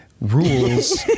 Rules